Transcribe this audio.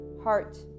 heart